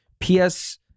PS